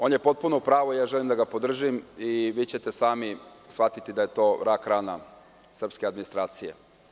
On je potpuno u pravu i ja želim da ga podržim, a vi ćete sami shvatiti da je to rak-rana srpske administracije.